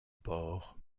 port